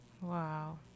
Wow